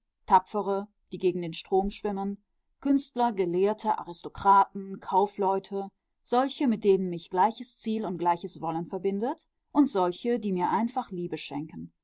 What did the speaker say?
tapfere die gegen den strom schwimmen künstler gelehrte aristokraten kaufleute solche mit denen mich gleiches ziel und gleiches wollen verbindet und solche die mir einfach liebe schenken